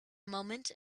moment